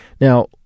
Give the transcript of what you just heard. Now